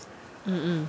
mm mm